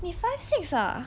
你 five six ah